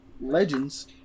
Legends